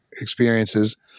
experiences